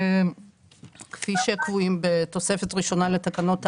כפי שקבועים בתוספת הראשונה לתקנות התעבורה,